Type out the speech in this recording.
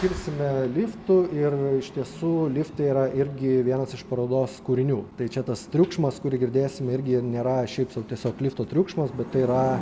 kilsime liftu ir iš tiesų liftai yra irgi vienas iš parodos kūrinių tai čia tas triukšmas kurį girdėsim irgi nėra šiaip sau tiesiog lifto triukšmas bet tai yra